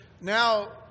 now